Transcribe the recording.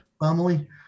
family